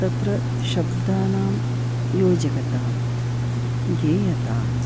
तत्र शब्दानां योजकता गेयता